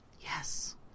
Yes